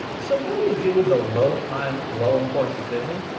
so what do you do with the low time, low importance decision?